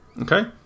okay